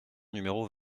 numéro